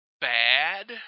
bad